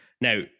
Now